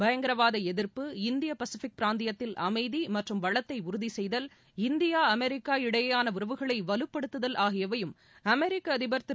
பயங்கரவாத எதி்ப்பு இந்திய பசிபிக் பிராந்தியத்தில் அமைதி மற்றும் வளத்தை உறுதி செய்தல் இந்தியா அமெிக்கா இடையேயான உறவுகளை வலுப்படுத்துதல் ஆகியவையும் அமெிக்க அதிபர் திரு